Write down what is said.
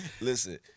Listen